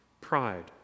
pride